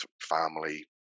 family